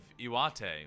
Iwate